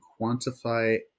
quantify